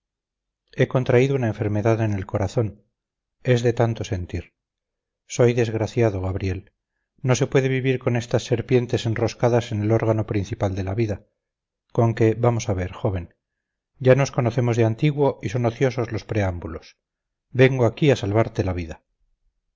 he contraído una enfermedad en el corazón es de tanto sentir soy desgraciado gabriel no se puede vivir con estas serpientes enroscadas en el órgano principal de la vida conque vamos a ver joven ya nos conocemos de antiguo y son ociosos los preámbulos vengo aquí a salvarte la vida